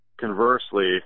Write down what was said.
conversely